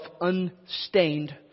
unstained